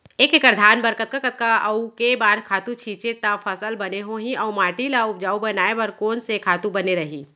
एक एक्कड़ धान बर कतका कतका अऊ के बार खातू छिंचे त फसल बने होही अऊ माटी ल उपजाऊ बनाए बर कोन से खातू बने रही?